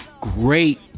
great